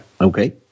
Okay